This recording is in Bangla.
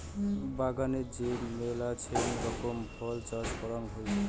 বাগানে যে মেলাছেন রকমের ফল চাষ করাং হই